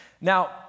Now